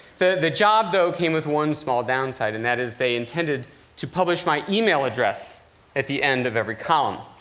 the the job, though, came with one small downside, and that is, they intended to publish my email address at the end of every column.